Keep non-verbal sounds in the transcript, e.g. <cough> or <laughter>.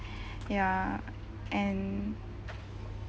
<breath> ya and